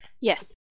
Yes